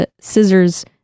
scissors